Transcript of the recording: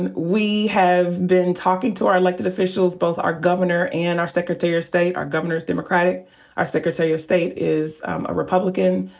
and we have been talking to our elected officials, both our governor and our secretary of state. our governor's democratic our secretary of state is a republican.